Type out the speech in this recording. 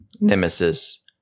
Nemesis